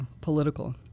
political